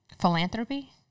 philanthropy